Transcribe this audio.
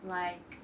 like